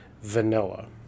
vanilla